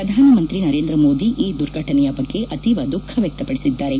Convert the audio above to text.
ಪ್ರಧಾನ ಮಂತ್ರಿ ನರೇಂದ್ರ ಮೋದಿ ಈ ದುರ್ಫಟನೆಯ ಬಗ್ಗೆ ಅತೀವ್ ದುಃಖ ವ್ಯಕ್ತಪಡಿದ್ದಾರೆ